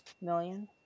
million